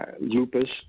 lupus